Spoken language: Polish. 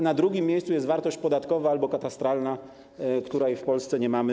Na drugim miejscu jest wartość podatkowa albo katastralna, której w Polsce nie mamy.